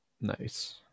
Nice